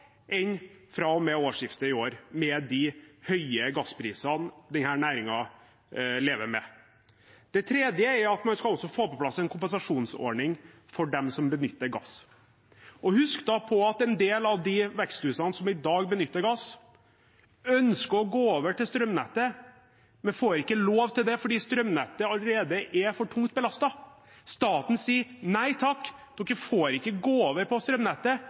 enn fra og med årsskiftet i år – med de høye gassprisene som denne næringen lever med. Det tredje er at man også skal få på plass en kompensasjonsordning for dem som benytter gass. Og husk da på at en del av de veksthusene som i dag benytte gass, ønsker å gå over til strømnettet, men får ikke lov til det fordi strømnettet allerede er for tungt belastet. Staten sier nei takk, dere får ikke gå over til strømnettet,